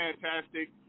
fantastic